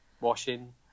Washing